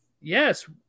yes